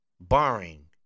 barring